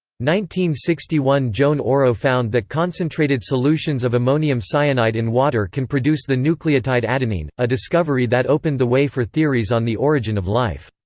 sixty one joan oro found that concentrated solutions of ammonium cyanide in water can produce the nucleotide adenine, a discovery that opened the way for theories on the origin of life.